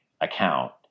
account